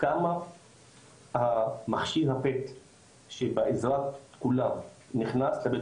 כמה מכשיר ה-PET שבעזרת כולם נכנס לבית